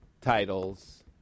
titles